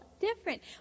different